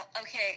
okay